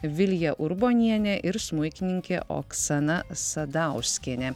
vilija urbonienė ir smuikininkė oksana sadauskienė